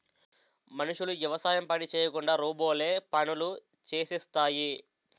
మనుషులు యవసాయం పని చేయకుండా రోబోలే పనులు చేసేస్తాయి